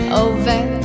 over